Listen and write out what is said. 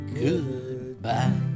Goodbye